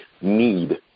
need